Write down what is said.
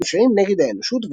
לפשעים נגד האנושות,